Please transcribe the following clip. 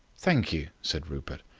thank you, said rupert,